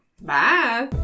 Bye